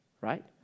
right